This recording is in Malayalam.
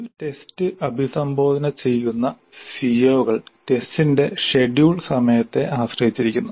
ഒരു ടെസ്റ്റ് അഭിസംബോധന ചെയ്യുന്ന സിഒകൾ ടെസ്റ്റിന്റെ ഷെഡ്യൂൾ സമയത്തെ ആശ്രയിച്ചിരിക്കുന്നു